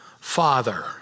Father